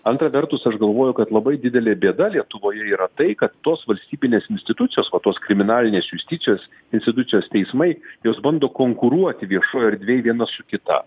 antra vertus aš galvoju kad labai didelė bėda lietuvoje yra tai kad tos valstybinės institucijos va tos kriminalinės justicijos institucijos teismai jos bando konkuruoti viešoj erdvėj viena su kita